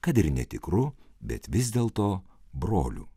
kad ir netikru bet vis dėlto broliu